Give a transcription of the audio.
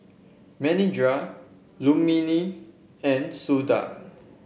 Manindra Rukmini and Sundar